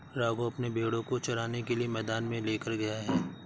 राघव अपने भेड़ों को चराने के लिए मैदान में लेकर गया है